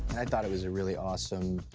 i thought it was a really awesome.